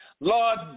Lord